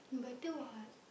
better what